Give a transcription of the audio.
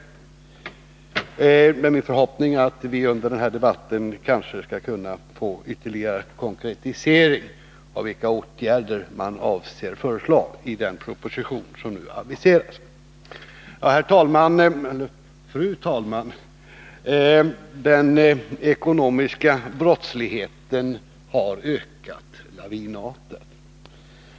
Det är min förhoppning att vi under denna debatt kanske skall kunna få en ytterligare konkretisering av vilka åtgärder man avser föreslå i den proposition som nu aviseras. Fru talman! Den ekonomiska brottsligheten har ökat lavinartat.